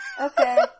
Okay